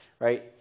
right